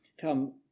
come